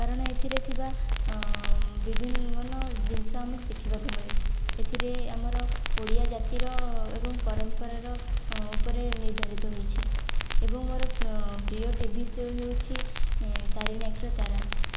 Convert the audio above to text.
କାରଣ ଏଥିରେ ଥିବା ବିଭିନ୍ନମାନ ଜିନିଷ ଆମକୁ ଶିଖିବାକୁ ମିଳେ ଏଥିରେ ଆମର ଓଡ଼ିଆ ଜାତିର ଏବଂ ପରମ୍ପରାର ଉପରେ ନିର୍ଦ୍ଧାରିତ ହୋଇଛି ଏବଂ ମୋର ପ୍ରିୟ ଟିଭି ସୋ ହେଉଛି ତାରିଣୀ ଆଖିର ତାରା